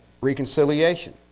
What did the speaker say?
reconciliation